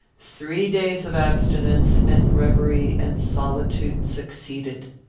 three days of abstinence, and reverie, and solitude, succeeded.